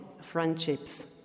friendships